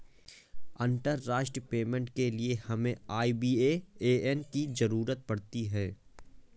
अंतर्राष्ट्रीय पेमेंट के लिए हमें आई.बी.ए.एन की ज़रूरत पड़ती है